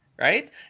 right